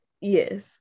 Yes